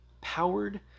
powered